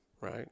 right